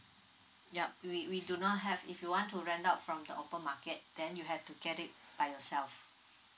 yup we we do not have if you want to rent out from the open market then you have to get it by yourself